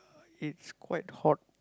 it's quite hot